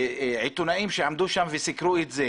עיתונאים שעמדו שם וסיקרו את זה